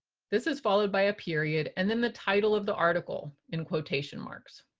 this is followed by a period and then the title of the article in quotation marks.